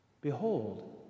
Behold